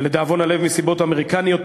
ולדאבון הלב, מסיבות אמריקניות פנימיות,